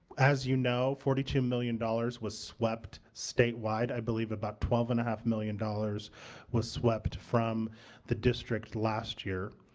as you know, forty two million dollars was swept statewide. i believe about twelve and a half million dollars was swept from the district last year.